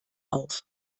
auf